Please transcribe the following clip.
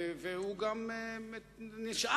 והוא גם נשען,